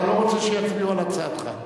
אתה לא רוצה שיצביעו על הצעתך?